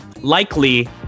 likely